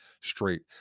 straight